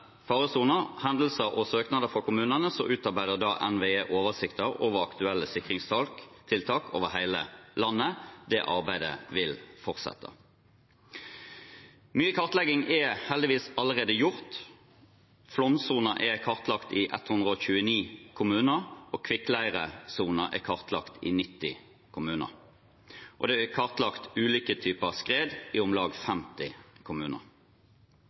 faresoner, hendelser og søknader fra kommunene utarbeider NVE oversikter over aktuelle sikringstiltak over hele landet. Det arbeidet vil fortsette. Mye kartlegging er heldigvis allerede gjort. Flomsoner er kartlagt i 129 kommuner, og kvikkleiresoner er kartlagt i 90 kommuner. Det er også kartlagt ulike typer skred i om lag 50 kommuner.